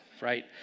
right